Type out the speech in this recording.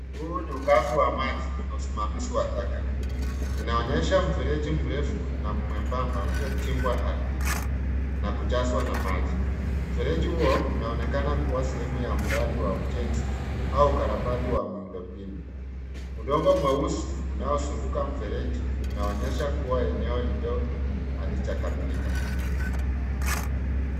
Huu ni ukaazi wa maji na usimamizi wa taka. Inaonyesha mfereji mrefu na mwembamba uliochimbwa ardhini na kujazwa na maji. Mfereji huo unaonekana kuwa sehemu ya mradi wa ujenzi au ukarabati wa miundo mbinu. Udongo mweusi unaozunguka mfereji unaonyesha kuwa eneo iliyo halija kamilika.